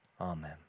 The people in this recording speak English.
amen